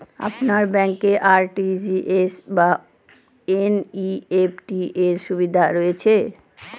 আপনার ব্যাংকে আর.টি.জি.এস বা এন.ই.এফ.টি র সুবিধা রয়েছে?